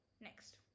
next